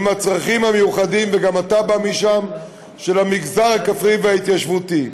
לצרכים המיוחדים של המגזר הכפרי וההתיישבותי,